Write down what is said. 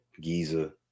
Giza